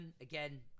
Again